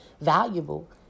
valuable